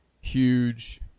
huge